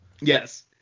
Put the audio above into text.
yes